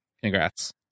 Congrats